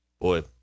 Boy